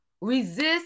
resist